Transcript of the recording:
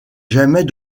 jamais